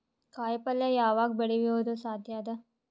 ಕಾಯಿಪಲ್ಯ ಯಾವಗ್ ಬೆಳಿಯೋದು ಸಾಧ್ಯ ಅದ?